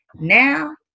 Now